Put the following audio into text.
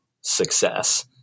success